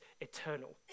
eternal